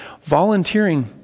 volunteering